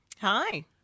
Hi